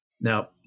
Now